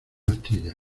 astilla